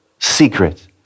secret